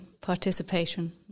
participation